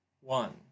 one